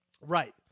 Right